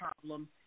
problem